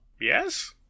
Yes